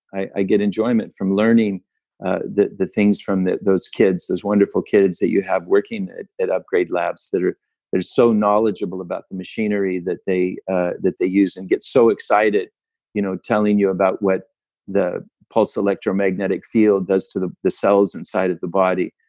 i get enjoyment from learning the the things from those kids, those wonderful kids that you have working at at upgrade labs that are so knowledgeable about the machinery that they ah that they use and get so excited you know telling you about what the post-electromagnetic field does to the the cells inside of the body,